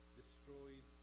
destroyed